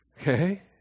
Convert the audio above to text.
Okay